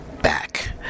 back